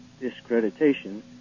discreditation